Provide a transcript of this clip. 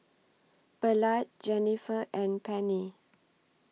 Ballard Jenniffer and Penni